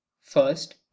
first